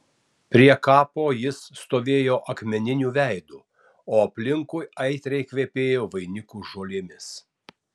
prie kapo jis stovėjo akmeniniu veidu o aplinkui aitriai kvepėjo vainikų žolėmis